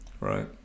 right